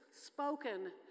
spoken